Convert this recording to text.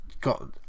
got